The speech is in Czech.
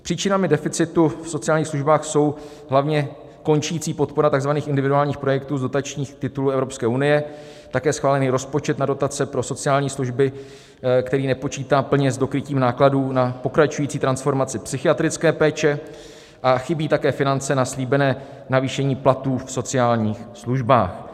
Příčinami deficitu v sociálních službách jsou hlavně končící podpora takzvaných individuálních projektů z dotačních titulů Evropské unie, také schválený rozpočet na dotace pro sociální služby, který nepočítá plně s dokrytím nákladů na pokračující transformaci psychiatrické péče, a chybí také finance na slíbené navýšení platů v sociálních službách.